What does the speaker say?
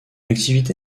activité